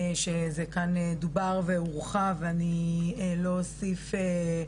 שזה כאן דובר והורחב ואני לא אוסיף,